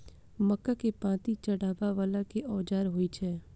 मक्का केँ पांति चढ़ाबा वला केँ औजार होइ छैय?